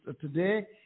today